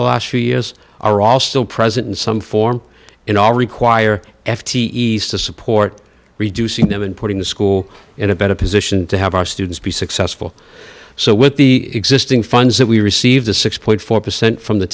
the last few years are all still present in some form in all require f t e support reducing them and putting the school in a better position to have our students be successful so with the existing funds that we receive the six point four percent from the